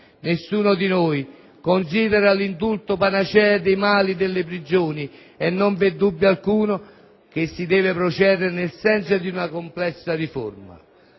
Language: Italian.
Nessuno di noi considera l'indulto panacea dei mali delle prigioni e non vi è dubbio alcuno che si deve procedere nel senso di una complessa riforma.